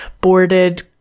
boarded